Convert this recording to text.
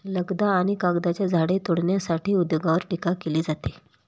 लगदा आणि कागदाच्या झाडे तोडण्याच्या उद्योगावर टीका केली जाते